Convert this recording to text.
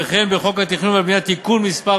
וכן בחוק התכנון והבנייה (תיקון מס'